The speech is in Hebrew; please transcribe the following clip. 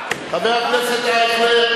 חבר הכנסת אייכלר,